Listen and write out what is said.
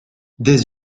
des